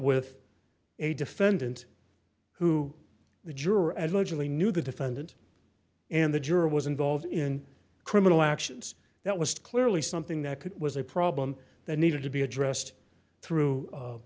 with a defendant who the juror and logically knew the defendant and the juror was involved in criminal actions that was clearly something that could was a problem that needed to be addressed through